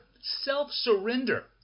self-surrender